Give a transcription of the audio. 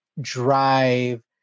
drive